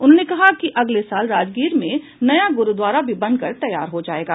उन्होंने कहा कि अगले साल राजगीर में नया गुरूद्वारा भी बनकर तैयार हो जाएगा